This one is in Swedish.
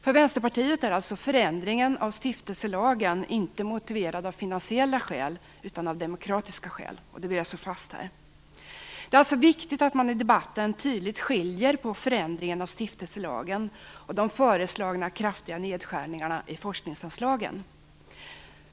För Vänsterpartiet är förändringen av stiftelselagen inte motiverad av finansiella skäl utan av demokratiska skäl, vilket jag här vill slå fast. Det är alltså viktigt att man i debatten tydligt skiljer mellan förändringen av stiftelselagen och de föreslagna kraftiga nedskärningarna i forskningsanslagen.